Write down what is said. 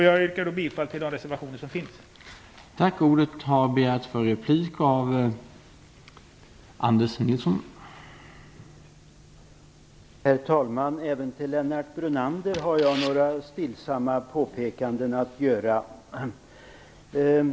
Jag yrkar bifall till de reservationer som finns fogade till betänkandet.